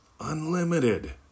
Unlimited